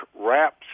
wraps